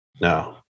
No